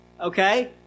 okay